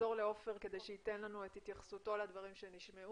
נחזור לשמוע את עופר כדי שייתן לנו התייחסות לדברים שנשמעו.